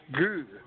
good